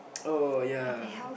oh ya